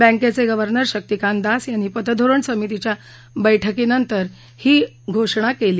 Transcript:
बँकेचे गव्हर्नर शक्तिकांत दास यांनी पतधोरण समितीच्या बैठकीनंतर ही घोषणा केली